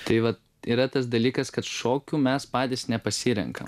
tai vat yra tas dalykas kad šokių mes patys nepasirenkam